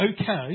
okay